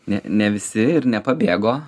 ne ne visi ir nepabėgo